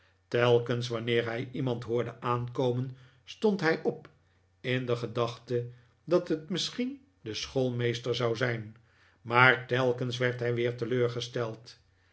telkens wanneer hij iemand hoorde aankomen stond hij op in de gedachte dat het misschien de schoolmeester zou zijn maar telkens werd hij weer teleurgesteld